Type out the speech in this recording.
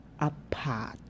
apart